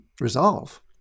resolve